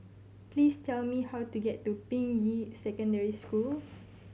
please tell me how to get to Ping Yi Secondary School